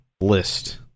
list